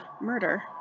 murder